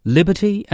Liberty